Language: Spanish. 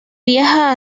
viaja